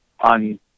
on